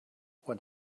what